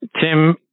Tim